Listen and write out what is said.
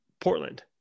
Portland